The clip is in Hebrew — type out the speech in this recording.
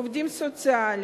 עובדים סוציאליים,